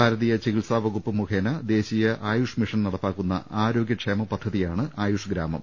ഭാരതീയ ചികിത്സാ വകുപ്പ് മുഖേന് ദേശീയ ആയുഷ് മിഷൻ നടപ്പാക്കുന്ന ആരോഗ്യക്ഷേമ പദ്ധതിയാണ് ആയുഷ് ഗ്രാമം